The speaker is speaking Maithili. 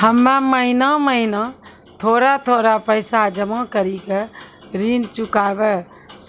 हम्मे महीना महीना थोड़ा थोड़ा पैसा जमा कड़ी के ऋण चुकाबै